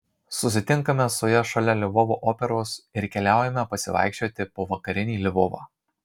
susitinkame su ja šalia lvovo operos ir keliaujame pasivaikščioti po vakarinį lvovą